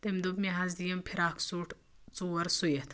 تٔمۍ دوٚپ مےٚ حظ دِ یِم فراک سوٗٹ ژور سُوِتھ